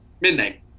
Midnight